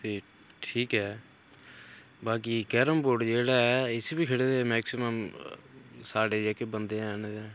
ते ठीक ऐ बाकी कैरमबोर्ड जेह्ड़ा ऐ इसी बी खेढदे मैक्सिम साढ़ै जेह्के बंदे हैन